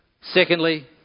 Secondly